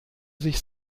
sich